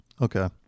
Okay